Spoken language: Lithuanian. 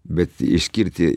bet išskirti